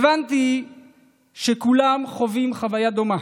הבנתי שכולם חווים חוויה דומה.